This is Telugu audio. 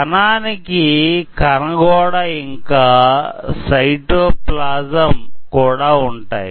కణానికి కణ గోడ ఇంకా సైటోప్లాసం కూడా ఉంటాయి